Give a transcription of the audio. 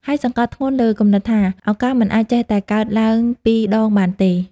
ហើយសង្កត់ធ្ងន់លើគំនិតថា ឱកាសមិនអាចចេះតែកើតឡើងពីរដងបានទេ។